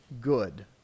good